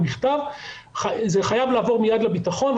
זה חייב מיד לעבור לביטחון,